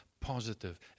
positive